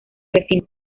recinto